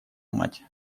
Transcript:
мать